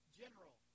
general